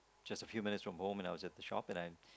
just a few minutes from home and I was at the shop and I